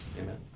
Amen